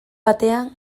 batean